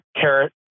carrot